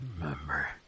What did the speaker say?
remember